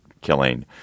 killing